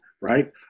right